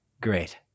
great